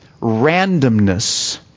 randomness